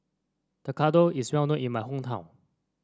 tekkadon is well known in my hometown